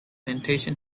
plantation